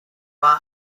war